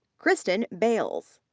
kristen bales.